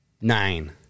Nine